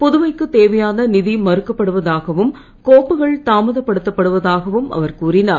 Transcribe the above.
புதுவைக்குத் தேவையான நிதி மறுக்கப்படுவதாகவும் கோப்புக்கள் தாமதப்படுத்தப் படுவதாகவும் அவர் கூறினார்